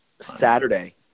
Saturday